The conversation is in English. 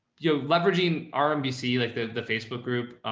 you're leveraging. rmbc like the, the facebook group.